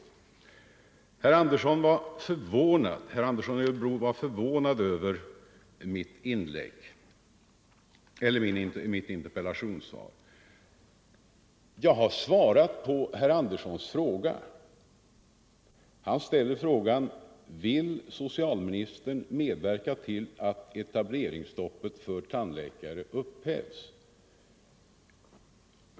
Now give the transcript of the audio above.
Herr Andersson i Örebro var förvånad över mitt interpellationssvar. Jag har svarat på herr Anderssons fråga. Och så ställer han frågan: Vill socialministern medverka till att etableringsstoppet för tandläkare upphävs?